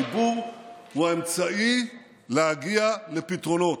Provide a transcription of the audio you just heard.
הדיבור הוא האמצעי להגיע לפתרונות.